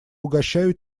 угощаю